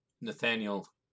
Nathaniel